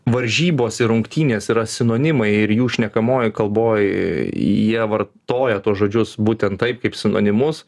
varžybos ir rungtynės yra sinonimai ir jų šnekamojoj kalboj jie vartoja tuos žodžius būtent taip kaip sinonimus